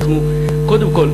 קודם כול,